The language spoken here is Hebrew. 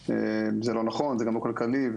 זה לא נכון ולא כלכלי,